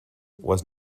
was